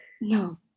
No